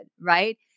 right